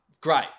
Great